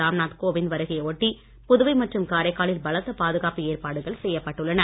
ராம்நாத் கோவிந்த் வருகையை ஒட்டி புதுவை மற்றும் காரைக்காலில் பலத்த பாதுகாப்பு ஏற்பாடுகள் செய்யப்பட்டுள்ளன